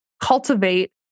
cultivate